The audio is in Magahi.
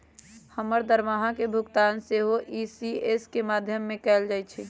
हमर दरमाहा के भुगतान सेहो इ.सी.एस के माध्यमें से कएल जाइ छइ